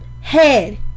Head